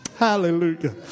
Hallelujah